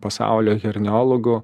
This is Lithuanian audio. pasaulio herneologų